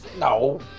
No